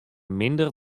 minder